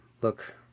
look